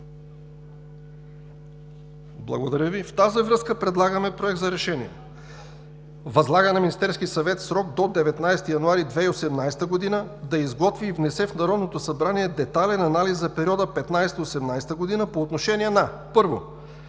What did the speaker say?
Благодаря Ви. В тази връзка предлагаме Проект за решение: „Възлага на Министерския съвет в срок до 19 януари 2018 г. да изготви и внесе в Народното събрание детайлен анализ за периода 2015 – 2018 г. по отношение на: 1.